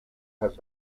have